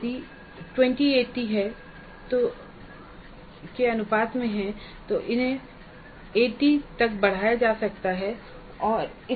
यदि वे 2080 CIE SEE के अनुपात में हैं तो उन्हें 80 तक बढ़ाया जा सकता है